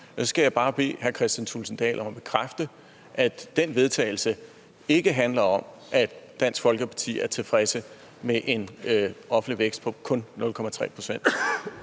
så skal jeg bare bede hr. Kristian Thulesen Dahl om at bekræfte, at det forslag til vedtagelse ikke betyder, at Dansk Folkeparti er tilfredse med en offentlig vækst på kun 0,3 pct.